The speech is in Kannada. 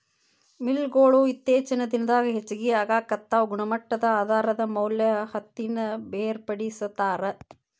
ಮಿಲ್ ಗೊಳು ಇತ್ತೇಚಿನ ದಿನದಾಗ ಹೆಚಗಿ ಆಗಾಕತ್ತಾವ ಗುಣಮಟ್ಟದ ಆಧಾರದ ಮ್ಯಾಲ ಹತ್ತಿನ ಬೇರ್ಪಡಿಸತಾರ